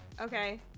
Okay